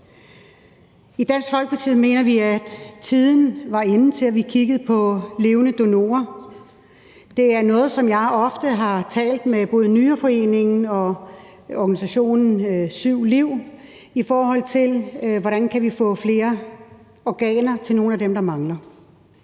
I Dansk Folkeparti mener vi, at tiden er inde til at kigge på levende donorer. Det er noget, som jeg ofte har talt med både Nyreforeningen og organisationen 7Liv om, i forhold til hvordan vi kan få flere organer til nogle af dem, der mangler.